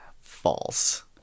False